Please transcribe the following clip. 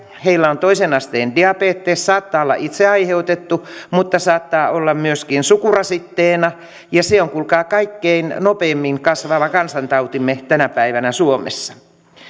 heillä on toisen asteen diabetes saattaa olla itse aiheutettu mutta saattaa olla myöskin sukurasitteena ja se on kuulkaa kaikkein nopeimmin kasvava kansantautimme tänä päivänä suomessa